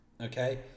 Okay